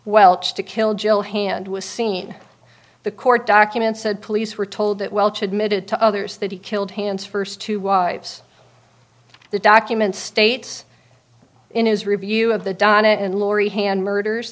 welch to kill jill hand was seen in the court documents said police were told that welch admitted to others that he killed hands first two wives the documents states in his review of the donna and lori hand murders